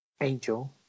Angel